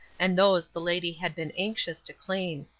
and those the lady had been anxious to claim.